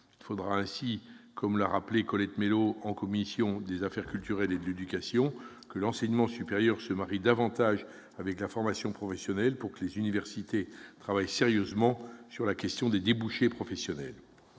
Il faudra aussi, comme l'a souligné Colette Mélot au sein de la commission de la culture, de l'éducation et de la communication, que l'enseignement supérieur se marie davantage avec la formation professionnelle pour que les universités travaillent sérieusement sur la question des débouchés professionnels.